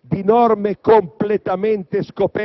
di